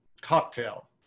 cocktail